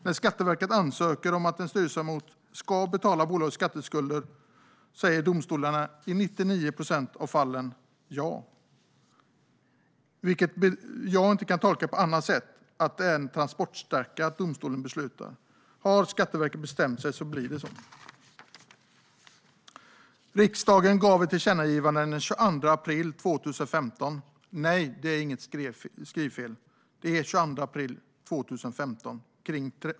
När Skatteverket ansöker om att en styrelseledamot ska betala bolagets skatteskulder säger domstolarna i 99 procent av fallen ja, vilket jag inte kan tolka på annat sätt än att domstolens beslut är en transportsträcka - om Skatteverket har bestämt sig blir det så. Riksdagen gjorde ett tillkännagivande gällande företrädaransvaret den 22 april 2015. Nej, det är inget skrivfel - det ska vara den 22 april 2015.